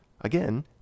Again